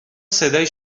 صدایی